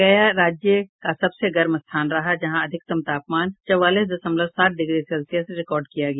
गया राज्य का सबसे गर्म स्थान रहा जहां का अधिकतम तापमान चौवालीस दशमलव सात डिग्री सेल्सियस रिकॉर्ड किया गया